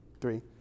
three